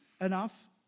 enough